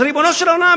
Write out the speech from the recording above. אז ריבונו של עולם,